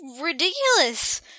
ridiculous